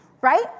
right